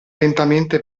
lentamente